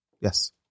Yes